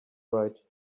right